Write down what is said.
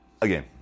again